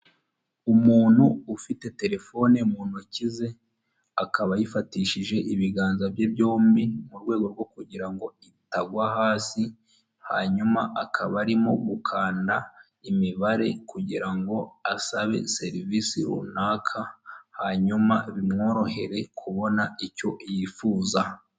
Umuntu ufite telefone mu ntoki ze, akaba ayifatishije ibiganza bye byombi, mu rwego rwo kugira ngo itagwa, hasi hanyuma akaba arimo gukanda imibare kugira ngo asabe serivisi runaka, hanyuma bimworohere kubona icyo yifuza.